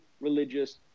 religious